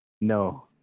No